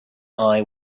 eye